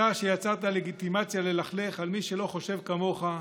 אתה, שיצרת לגיטימציה ללכלך על מי שלא חושב כמוך,